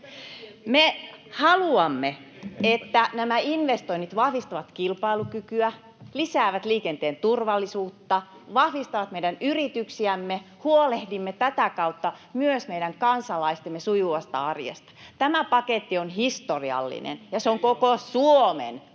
Me haluamme, että nämä investoinnit vahvistavat kilpailukykyä, lisäävät liikenteen turvallisuutta, vahvistavat meidän yrityksiämme. Huolehdimme tätä kautta myös meidän kansalaistemme sujuvasta arjesta. Tämä paketti on historiallinen, [Timo Harakka: